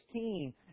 16